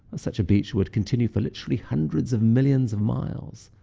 such a beach would continue for literally hundreds of millions of miles.